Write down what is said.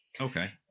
Okay